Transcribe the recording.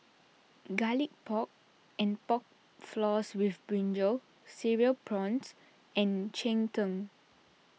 Garlic Pork and Pork Floss with Brinjal Cereal Prawns and Cheng Tng